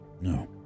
No